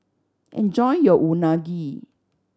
enjoy your Unagi